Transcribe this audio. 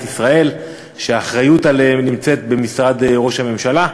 ישראל שהאחריות להם היא במשרד ראש הממשלה.